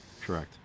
Correct